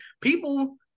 people